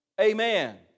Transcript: Amen